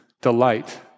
delight